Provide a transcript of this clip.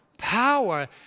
Power